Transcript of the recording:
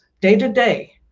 day-to-day